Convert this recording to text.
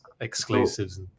exclusives